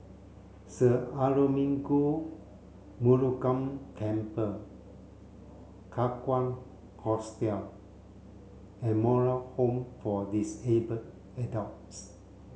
Sir Arulmigu Murugan Temple Kakan Hostel and Moral Home for Disabled Adults